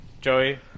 Joey